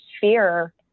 fear